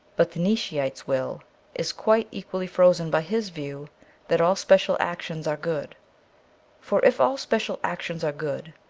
but the nietz scheite's will is quite equally frozen by his view that all special actions are good for if all special actions are good,